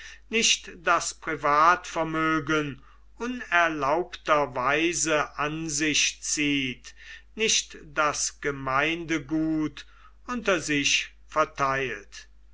nicht das privatvermögen unerlaubterweise an sich zieht nicht das gemeindegut unter sich verteilt